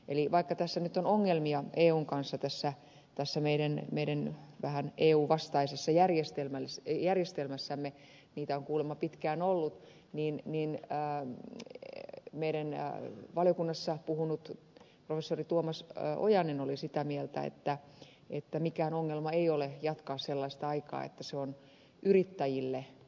eli vaikka tässä mitään ongelmia eun kanssa tässä tässä meidän vähän eu vastaisessa järjestelmässämme nyt on ongelmia eun kanssa niitä on kuulemma pitkään ollut niin meidän valiokunnassamme puhunut professori tuomas ojanen oli sitä mieltä että mikään ongelma ei ole jatkaa sellaista aikaa että se on yrittäjille suosiollinen